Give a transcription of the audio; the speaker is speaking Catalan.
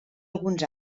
alguns